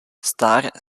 star